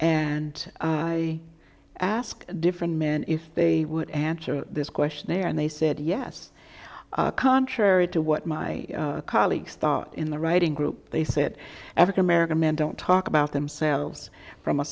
and i asked different men if they would answer this question and they said yes contrary to what my colleagues thought in the writing group they said african american men don't talk about themselves from a